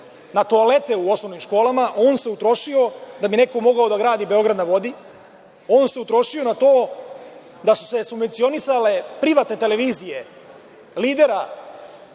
na toalete u osnovnim školama. On se utrošio da bi neko mogao da gradi „Beograd na vodi“, on se utrošio na to da su se subvencionisale privatne televizije lidera